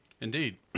Indeed